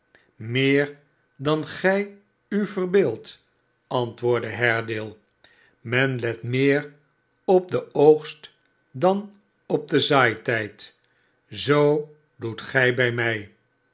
meer dan gij u verbeeldt antwoordde haredale men let meer op den oogst dan op den zaaitijd zoo doet gij bij mij